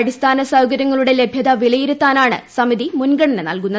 അടിസ്ഥാന സൌകര്യങ്ങളുടെ ലഭ്യത വിലയിരുത്താനാണ് സമിതി മുൻഗണന നൽകുന്നത്